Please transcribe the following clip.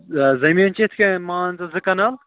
آ زٔمیٖن چھِ یِتھٕ کٔنۍ مان ژٕ زٕ کَنال